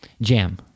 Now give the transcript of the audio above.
jam